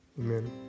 Amen